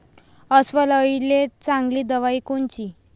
अस्वल अळीले चांगली दवाई कोनची?